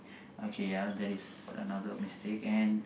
okay ya that is another mistake and